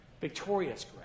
Victorious